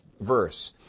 verse